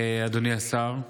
אדוני השר: